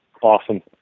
awesome